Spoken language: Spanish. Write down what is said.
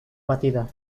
batida